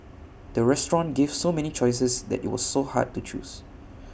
the restaurant gave so many choices that IT was so hard to choose